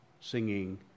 singing